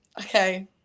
okay